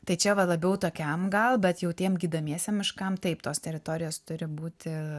tai čia va labiau tokiam gal bet jau tiem gydomiesiem miškam taip tos teritorijos turi būti